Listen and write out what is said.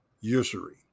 usury